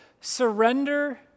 surrender